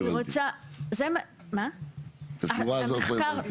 לא הבנתי, את השורה הזאת לא הבנתי.